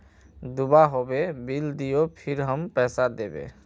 दूबा होबे बिल दियो फिर हम पैसा देबे?